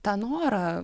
tą norą